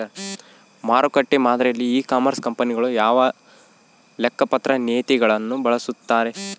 ಮಾರುಕಟ್ಟೆ ಮಾದರಿಯಲ್ಲಿ e commerce ಕಂಪನಿಗಳು ಯಾವ ಲೆಕ್ಕಪತ್ರ ನೇತಿಗಳನ್ನು ಬಳಸುತ್ತಾರೆ?